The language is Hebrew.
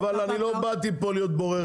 אבל אני לא באתי לפה להיות בורר.